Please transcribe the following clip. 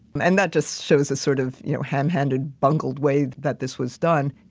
and that just shows a sort of, you know, ham handed, bungled way that this was done.